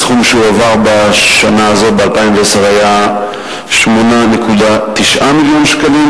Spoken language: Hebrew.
הסכום שהועבר ב-2010 היה 8.9 מיליון שקלים,